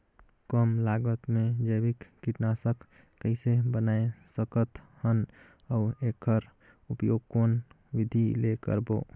कम लागत मे जैविक कीटनाशक कइसे बनाय सकत हन अउ एकर उपयोग कौन विधि ले करबो?